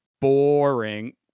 boring